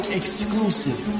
exclusive